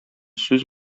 сүз